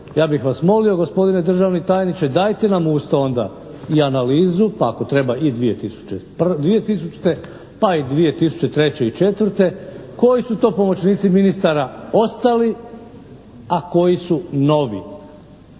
ja bih vas molio gospodine državni tajniče dajte nam uz to onda i analizu pa ako treba i 2000., pa i 2003. i 2004. koji su to pomoćnici ministara ostali, a koji su novi?